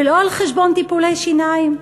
ולא על חשבון טיפולי שיניים,